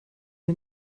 der